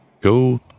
Go